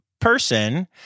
person